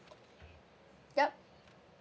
yup